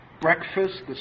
Breakfast